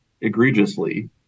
egregiously